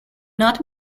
not